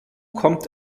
kommt